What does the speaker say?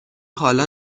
حالا